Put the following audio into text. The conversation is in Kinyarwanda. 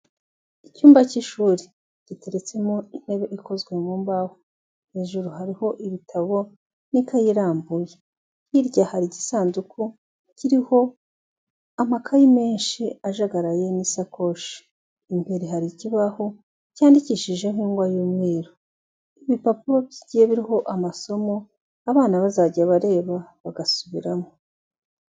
Icyumba cy'ishuri giteretse mu ntebe ikozwe mu mbaho, hejuru hariho ibitabo n'ikayi irambuye, hirya hari igisanduku kiriho amakayi menshi ajagaraye n'isakoshi, imbere hari ikibaho cyandikishije ingwa y'umweru, ibipapuro bigiye biriho amasomo abana bazajya bareba bagasubiramo.